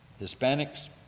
Hispanics